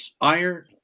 Iron